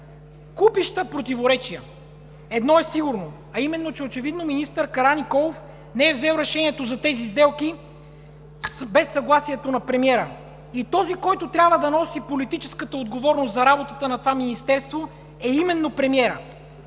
Купища противоречия. Едно е сигурно обаче, а именно – очевидно, че министър Караниколов не е взел решението за тези сделки без съгласието на премиера. И този, който трябва да носи политическата отговорност за работата на това министерство, е именно премиерът.